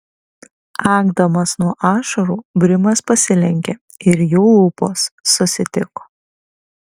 akdamas nuo ašarų brimas pasilenkė ir jų lūpos susitiko